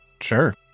sure